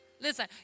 listen